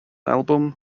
album